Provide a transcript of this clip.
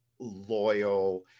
loyal